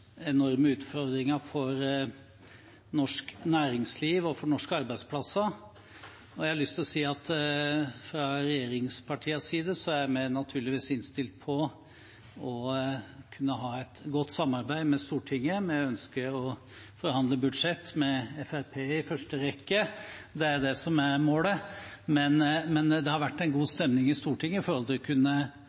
enorme utfordringer for norsk næringsliv og for norske arbeidsplasser. Jeg har lyst til å si at fra regjeringspartienes side er vi naturligvis innstilt på å kunne ha et godt samarbeid med Stortinget. Vi ønsker å forhandle budsjett med Fremskrittspartiet i første rekke – det er jo det som er målet – men det har vært en god stemning i Stortinget med hensyn til å kunne